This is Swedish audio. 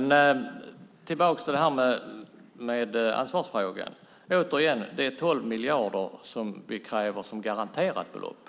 När det gäller ansvarsfrågan kräver vi 12 miljarder som garanterat belopp.